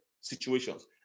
situations